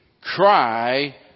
Cry